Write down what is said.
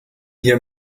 hier